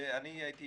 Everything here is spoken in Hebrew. ואני הייתי